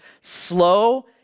slow